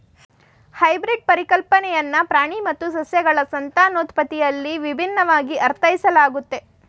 hybrid ಪರಿಕಲ್ಪನೆಯನ್ನ ಪ್ರಾಣಿ ಮತ್ತು ಸಸ್ಯಗಳ ಸಂತಾನೋತ್ಪತ್ತಿಯಲ್ಲಿ ವಿಭಿನ್ನವಾಗಿ ಅರ್ಥೈಸಲಾಗುತ್ತೆ